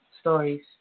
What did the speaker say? stories